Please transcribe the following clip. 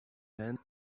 hands